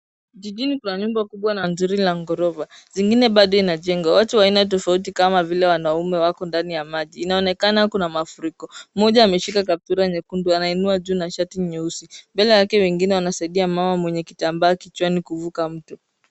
Jijini kuna nyumba kubwa na nzuri la ghorofa zingine bado inajengwa watu wa aina tofauti ina kama vile wanaume wako ndani ya maji inaonekana kuna mafuriko mmoja ameshika kaptura nyekundu anainua juu na shati nyeusi mbele yake wengine wanasaidia mama mwenye kitambaa kichwani kuvuka mto.